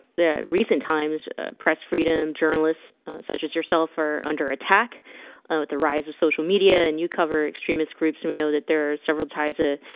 the recent times press freedom journalists such as yourself are under attack with the rise of social media and you cover extremist groups and we know that there are several types of ah,